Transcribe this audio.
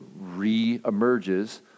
re-emerges